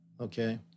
okay